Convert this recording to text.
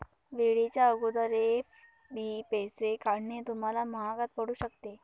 वेळेच्या अगोदर एफ.डी पैसे काढणे तुम्हाला महागात पडू शकते